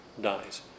dies